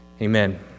Amen